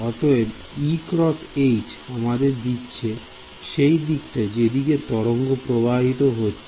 অতএব E x H আমাদের দিচ্ছে সেই দিকটি যেদিকে তরঙ্গ প্রবাহিত হচ্ছে